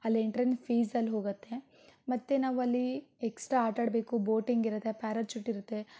ಅಲ್ಲಿ ಎಂಟ್ರೆನ್ಸ್ ಫೀಸಲ್ಲಿ ಹೋಗತ್ತೆ ಮತ್ತು ನಾವಲ್ಲಿ ಎಕ್ಸ್ಟ್ರಾ ಆಟಾಡಬೇಕು ಬೋಟಿಂಗ್ ಇರತ್ತೆ ಪ್ಯಾರಾಚೂಟ್ ಇರತ್ತೆ